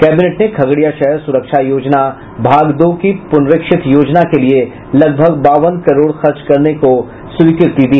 cabinet ने खगड़िया शहर सुरक्षा योजना भाग दो की पुनरीक्षित योजना के लिए लगभग बावन करोड़ खर्च करने को स्वीकृति दी